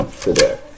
today